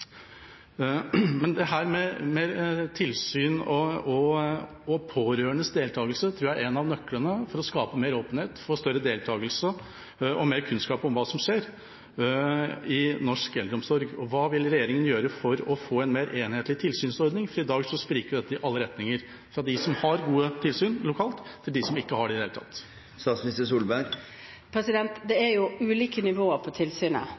Men dette med tilsyn og pårørendes deltakelse tror jeg er en av nøklene for å skape mer åpenhet, få større deltakelse og mer kunnskap om hva som skjer i norsk eldreomsorg. Hva vil regjeringa gjøre for å få en mer enhetlig tilsynsordning? I dag spriker dette i alle retninger, fra dem som har gode tilsyn lokalt, til dem som ikke har det i det hele tatt. Det er ulike nivåer på tilsynet.